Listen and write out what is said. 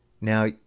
Now